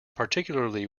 particularly